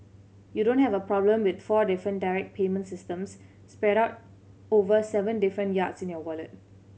you don't have a problem with four different direct payment systems spread out over seven different yards in your wallet